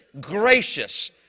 gracious